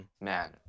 man